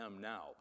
now